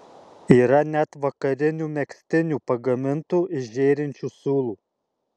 yra net vakarinių megztinių pagamintų iš žėrinčių siūlų